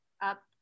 up